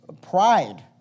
pride